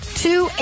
Two